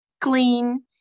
clean